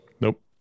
Nope